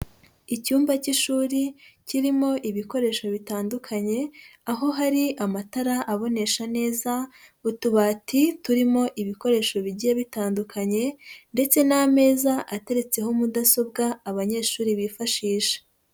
Icyumba cy'ishuri kirimo ibikoresho bitandukanye, aho hari amatara abonesha neza, utubati turimo ibikoresho bigiye bitandukanye ndetse n'ameza ateretseho mudasobwa abanyeshuri bifashisha.